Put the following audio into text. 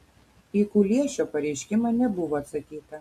į kuliešio pareiškimą nebuvo atsakyta